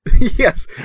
Yes